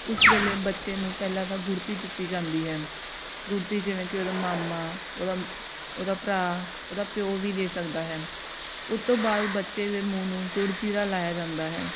ਉਸ ਵੇਲੇ ਬੱਚੇ ਨੂੰ ਪਹਿਲਾਂ ਤਾਂ ਗੁੜ੍ਹਤੀ ਦਿੱਤੀ ਜਾਂਦੀ ਹੈ ਗੁੜ੍ਹਤੀ ਜਿਵੇਂ ਕਿ ਉਹਦਾ ਮਾਮਾ ਉਹਦਾ ਉਹਦਾ ਭਰਾ ਉਹਦਾ ਪਿਓ ਵੀ ਦੇ ਸਕਦਾ ਹੈ ਉਸ ਤੋਂ ਬਾਅਦ ਬੱਚੇ ਦੇ ਮੂੰਹ ਨੂੰ ਗੁੜ੍ਹ ਜੀਰਾ ਲਾਇਆ ਜਾਂਦਾ ਹੈ